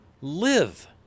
live